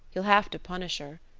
you'll have to punish her,